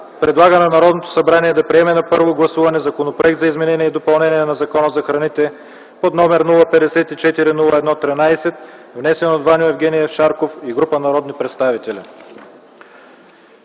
предлага на Народното събрание да приеме на първо гласуване Законопроект за изменение и допълнение на Закона за храните, № 054–01–13, внесен от Ваньо Евгениев Шарков и група народни представители.”